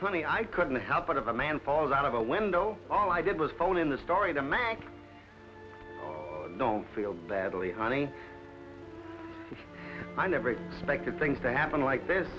honey i couldn't help but of a man fall out of a window all i did was phone in the story the man i don't feel badly honey i never expected things to happen like th